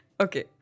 Okay